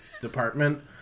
department